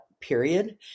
period